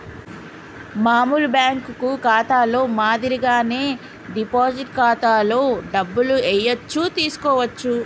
మామూలు బ్యేంకు ఖాతాలో మాదిరిగానే డిపాజిట్ ఖాతాలో డబ్బులు ఏయచ్చు తీసుకోవచ్చు